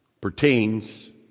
pertains